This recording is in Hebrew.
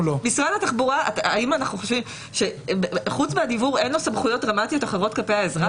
משרד התחבורה חוץ מהדיוור אין לו סמכויות דרמטיות אחרות כלפי האזרח?